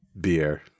beer